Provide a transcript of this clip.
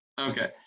okay